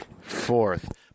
fourth